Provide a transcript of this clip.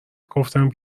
گفتم